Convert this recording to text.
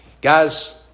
Guys